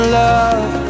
love